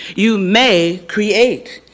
you may create.